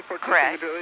Correct